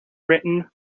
written